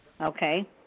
Okay